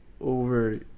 over